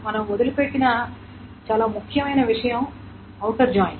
మనం వదిలిపెట్టిన చాలా ముఖ్యమైన విషయం ఔటర్ జాయిన్